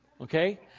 okay